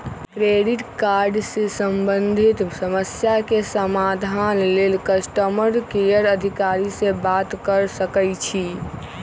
credit card से संबंधित समस्या के समाधान लेल कस्टमर केयर अधिकारी से बात कर सकइछि